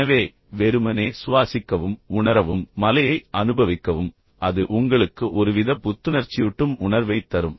எனவே வெறுமனே சுவாசிக்கவும் உணரவும் மலையை அனுபவிக்கவும் அது உங்களுக்கு ஒருவித புத்துணர்ச்சியூட்டும் உணர்வைத் தரும்